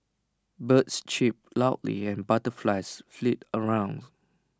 birds chip loudly and butterflies flit around